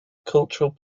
cultural